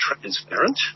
transparent